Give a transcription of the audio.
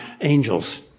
angels